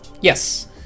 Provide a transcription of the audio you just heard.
Yes